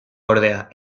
ordea